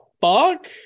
fuck